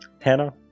Hannah